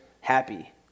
happy